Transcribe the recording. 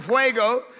Fuego